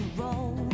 roll